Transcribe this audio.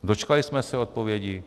Dočkali jsme se odpovědi?